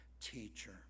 teacher